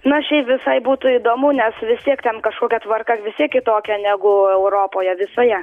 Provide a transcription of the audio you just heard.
nu šiaip visai būtų įdomu nes vis tiek ten kažkokia tvarka vis tiek kitokia negu europoje visoje